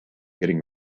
getting